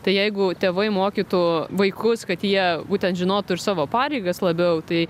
tai jeigu tėvai mokytų vaikus kad jie būtent žinotų ir savo pareigas labiau tai